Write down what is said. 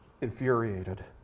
infuriated